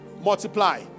multiply